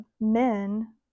Men